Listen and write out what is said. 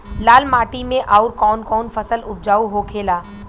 लाल माटी मे आउर कौन कौन फसल उपजाऊ होखे ला?